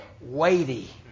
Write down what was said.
Weighty